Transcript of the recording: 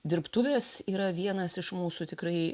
dirbtuvės yra vienas iš mūsų tikrai